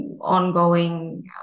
ongoing